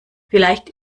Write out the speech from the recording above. vielleicht